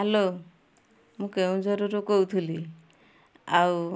hello ମୁଁ କେନ୍ଦୁଝରରୁ କହୁଥିଲି ଆଉ